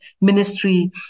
ministry